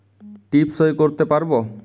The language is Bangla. টিপ সই করতে পারবো?